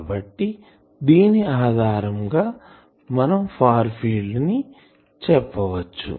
కాబట్టి దీని ఆధారంగా గా మనం ఫార్ ఫీల్డ్ ని చెప్పచ్చు